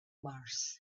mars